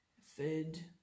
food